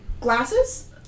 glasses